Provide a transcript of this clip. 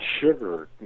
sugar